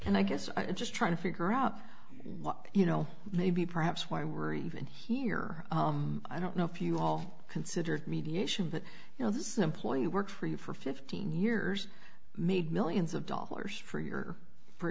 and i guess i'm just trying to figure out you know maybe perhaps why we're even here i don't know if you all considered mediation but you know this employee worked for you for fifteen years made millions of dollars for your for